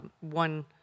one